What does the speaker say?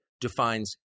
defines